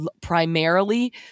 primarily